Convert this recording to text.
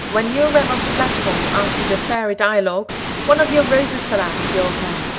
when you ran off the platform after the fairy dialogue one of your roses fell out of your hair.